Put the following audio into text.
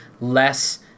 less